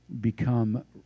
become